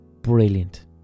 Brilliant